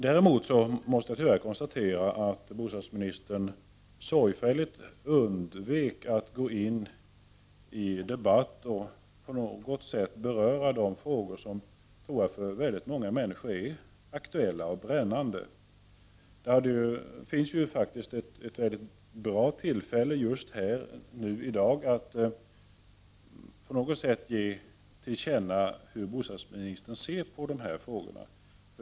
Däremot måste jag tyvärr konstatera att bostadsministern sorgfälligt undvek att på något sätt debattera de frågor som jag tror för väldigt många är aktuella och brännande inför förändringarna. Det finns faktiskt ett väldigt bra tillfälle för bostadsministern att just i dag ge till känna hur bostadsministern ser på dessa frågor.